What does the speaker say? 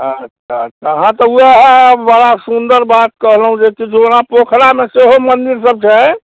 अच्छा अच्छा हाँ तऽ ओएह बात सुन्दर बात कहलहुँ जे तिजोड़ा पोखरामे सेहो मन्दिर सभ छै